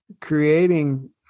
creating